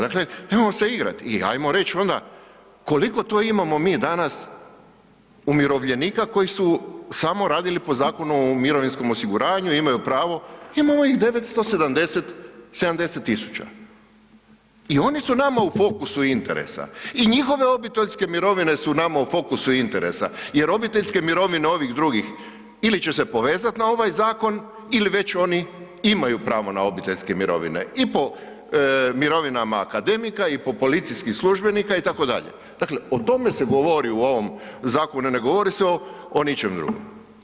Dakle nemojmo se igrat i ajmo reć onda koliko to imamo mi danas umirovljenika koji su samo radili po Zakonu o mirovinskom osiguranju i imaju pravo, imamo iz 970.000 i oni su nama u fokusu interesa i njihove obiteljske mirovine su nama u fokusu interesa jer obiteljske mirovine ovih drugih ili će se povezati na ovaj zakon ili već oni imaju pravo na obiteljske mirovine i po mirovinama akademika i po policijskim službenika itd., dakle o tome se govori u ovom zakonu, ne govori se o ničem drugom.